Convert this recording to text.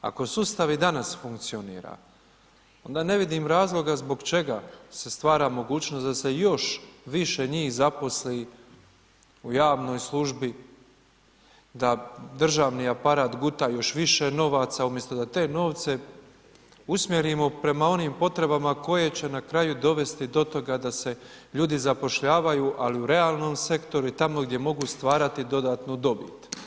Ako sustav i danas funkcionira onda ne vidim razloga zbog čega se stvara mogućnost da se još više njih zaposli u javnoj službi da državni aparat guta još više novaca umjesto da te novce usmjerimo prema onim potrebama koje će na kraju dovesti do toga da se ljudi zapošljavaju, ali u realnom sektoru i tamo gdje mogu stvarati dodatnu dobit.